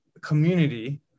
community